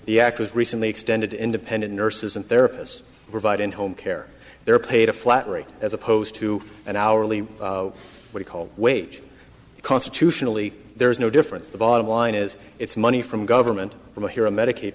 the act was recently extended independent nurses and therapists providing home care they're paid a flat rate as opposed to an hourly what are called wage constitutionally there is no difference the bottom line is it's money from government from here on medicaid